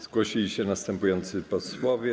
Zgłosili się następujący posłowie.